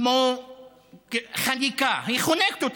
כמו חניקה, היא חונקת אותם,